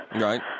Right